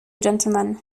gentleman